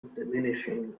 diminishing